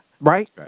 Right